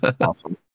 awesome